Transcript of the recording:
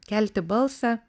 kelti balsą